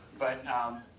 but um